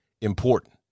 important